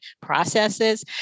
processes